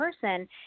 person